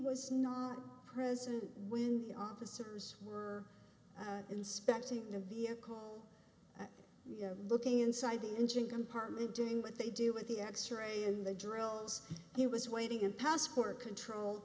was not present when officers were inspecting the vehicle looking inside the engine compartment doing what they do with the x ray in the drills he was waiting in passport control